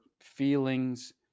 feelings